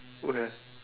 okay